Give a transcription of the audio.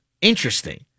interesting